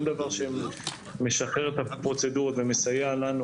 כל דבר שמשחרר את הפרוצדורות ומסייע לנו